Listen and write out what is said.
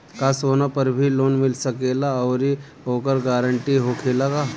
का सोना पर भी लोन मिल सकेला आउरी ओकर गारेंटी होखेला का?